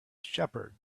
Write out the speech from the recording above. shepherd